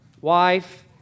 wife